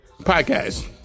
Podcast